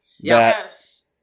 Yes